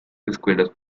escuelas